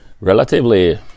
relatively